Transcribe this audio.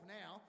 now